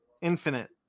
infinite